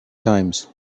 times